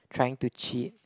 trying to cheat